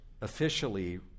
officially